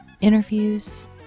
interviews